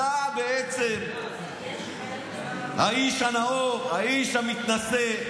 אתה בעצם האיש הנאור, האיש המתנשא.